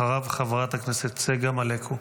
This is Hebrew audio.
אחריו, חברת הכנסת צגה מלקו.